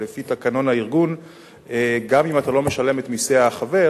ולפי תקנון הארגון גם אם אתה לא משלם את מסי החבר